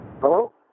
Hello